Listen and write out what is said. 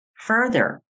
Further